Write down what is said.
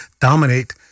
dominate